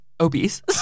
obese